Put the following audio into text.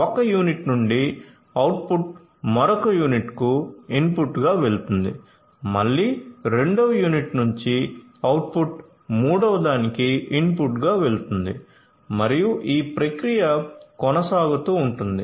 ఒక యూనిట్ నుండి అవుట్పుట్ మరొక యూనిట్కు ఇన్పుట్గా వెళుతుంది మళ్ళీ రెండవ యూనిట్ నుండి అవుట్పుట్ మూడవదానికి ఇన్పుట్గా వెళుతుంది మరియు ఈ ప్రక్రియ కొనసాగుతూ ఉంటుంది